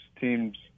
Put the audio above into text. teams